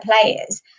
players